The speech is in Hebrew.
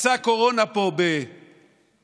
פרצה הקורונה פה במרץ,